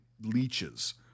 leeches